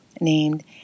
named